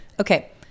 okay